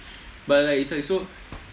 but like it's like so